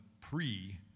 pre